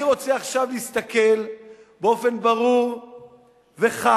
אני רוצה עכשיו להסתכל באופן ברור וחד